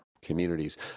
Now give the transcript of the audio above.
Communities